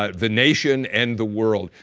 ah the nation and the world,